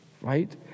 right